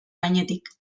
gainetik